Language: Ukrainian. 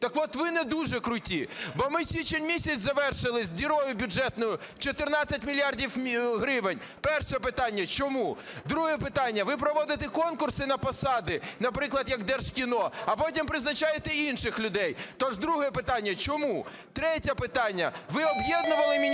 так от, ви не дуже круті. Бо ми січень місяць завершили з дірою бюджетною 14 мільярдів гривень. Перше питання: чому? Друге питання. Ви проводите конкурси на посади, наприклад, як Держкіно, а потім призначаєте інших людей. Тож друге питання: чому? Третє питання. Ви об’єднували міністерства,